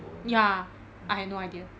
ya I had no idea